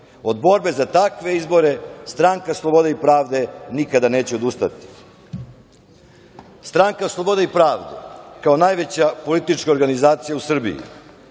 Od borbe za takve izbore Stranka slobode i pravde nikad neće odustati. Stranka Slobode i pravde kao najveća politička organizacija u Srbiji